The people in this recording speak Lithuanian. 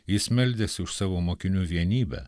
jis meldėsi už savo mokinių vienybę